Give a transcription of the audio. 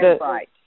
right